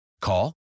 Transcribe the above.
Call